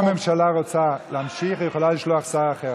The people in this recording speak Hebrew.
אם הממשלה רוצה להמשיך, היא יכולה לשלוח שר אחר.